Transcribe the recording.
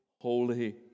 holy